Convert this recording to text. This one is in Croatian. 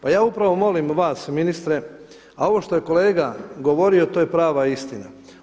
Pa ja upravo molim vas, ministre, a ovo što je kolega govorio to je prava istina.